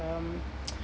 um